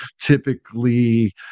typically